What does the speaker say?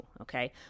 okay